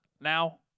now